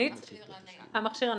המכשיר הנייד,